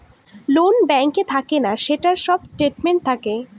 loan ব্যাঙ্কে থাকে না, সেটার সব স্টেটমেন্ট থাকে